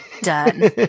Done